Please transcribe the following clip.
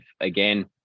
again